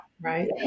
right